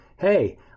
hey